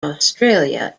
australia